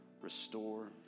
restore